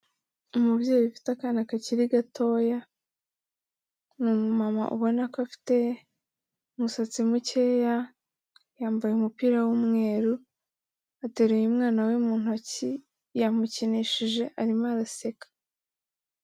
Umubyeyi ufite akana kakiri gatoya, ni umama ubona ko afite umusatsi mukeya, yambaye umupira w'umweru, aterureye umwana we mu ntoki, yamukinishije arimo araseka.